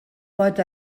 pot